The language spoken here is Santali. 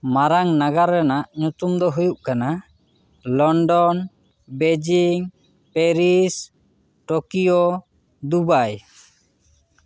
ᱢᱟᱨᱟᱝ ᱱᱟᱜᱟᱨ ᱨᱮᱱᱟᱜ ᱧᱩᱛᱩᱢ ᱫᱚ ᱦᱩᱭᱩᱜ ᱠᱟᱱᱟ London Beijing Paris Tokyo Dubai